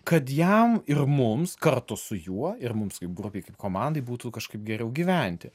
kad jam ir mums kartu su juo ir mums kaip grupei kaip komandai būtų kažkaip geriau gyventi